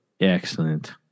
Excellent